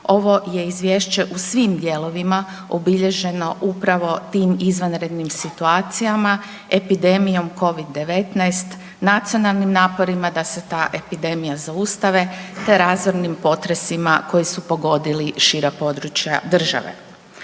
ovo je Izvješće u svim dijelovima obilježeno upravo tim izvanrednim situacijama, epidemijom Covid-19, nacionalnim naporima da se ta epidemija zaustave te razornim potresima koji su pogodili šira područja države.